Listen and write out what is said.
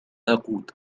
أقود